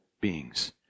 beings